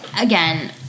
Again